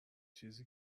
چیزی